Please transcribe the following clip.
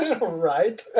Right